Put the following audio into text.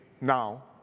now